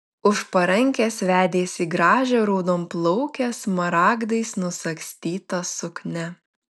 už parankės vedėsi gražią raudonplaukę smaragdais nusagstyta suknia